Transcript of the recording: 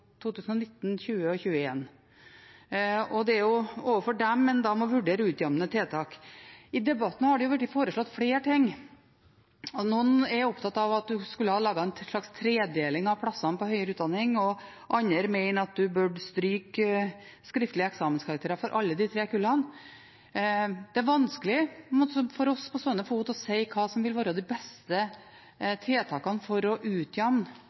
overfor dem en må vurdere utjevnende tiltak. I debatten er det blitt foreslått flere ting. Noen er opptatt av at en skulle ha laget en slags tredeling av plassene på høyere utdanning, og andre mener en burde stryke karakterene i skriftlig eksamen for alle de tre kullene. Det er vanskelig for oss på stående fot å si hva som vil være de beste tiltakene for å